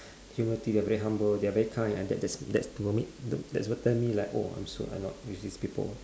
human to you they are very humble they are very kind and that that that's for me that's what tell me like oh I'm so annoyed with these people